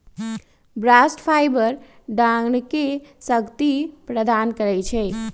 bast fibre डांरके शक्ति प्रदान करइ छै